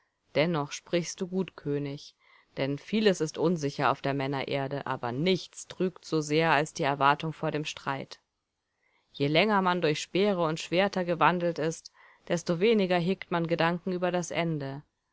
dennoch sprichst du gut könig denn vieles ist unsicher auf der männererde aber nichts trügt so sehr als die erwartung vor dem streit je länger man durch speere und schwerter gewandelt ist desto weniger hegt man gedanken über das ende